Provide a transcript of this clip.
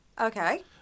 Okay